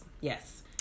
Yes